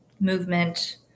movement